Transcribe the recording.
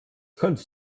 kannst